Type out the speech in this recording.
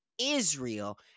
Israel